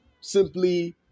simply